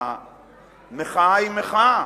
שהמחאה היא מחאה,